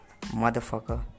motherfucker